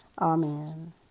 amen